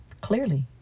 Clearly